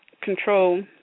control